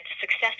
success